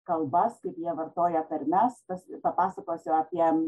kalbas kaip jie vartoja tarmes pas papasakosiu apie